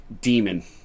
demon